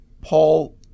Paul